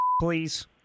please